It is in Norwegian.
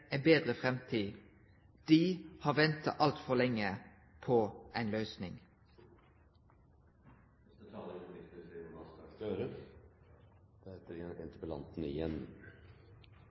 en bedre framtid. De har ventet altfor lenge på en løsning.